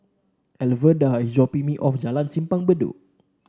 Alverda is dropping me off Jalan Simpang Bedok